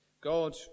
God